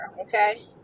Okay